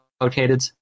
located